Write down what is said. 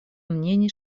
мнений